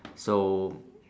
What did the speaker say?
so